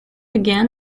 again